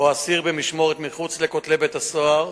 או אסיר במשמורת, מחוץ לכותלי בית-הסוהר.